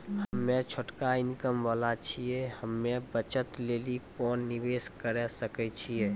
हम्मय छोटा इनकम वाला छियै, हम्मय बचत लेली कोंन निवेश करें सकय छियै?